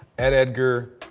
ed edgar,